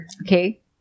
okay